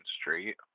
Street